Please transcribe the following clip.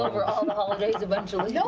over all the holidays eventually. you know